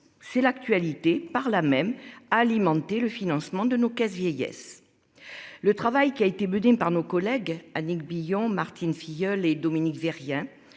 C'est l'actualité par là même alimenté le financement de nos caisses vieillesse. Le travail qui a été menée par nos collègues Annick Billon Martine Filleul et Dominique Vérien.